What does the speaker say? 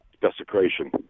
desecration